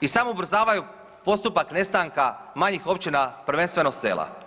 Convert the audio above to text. i samo ubrzavaju postupak nestanka manjih općina, prvenstveno sela.